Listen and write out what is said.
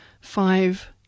five